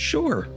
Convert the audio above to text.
Sure